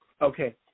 Okay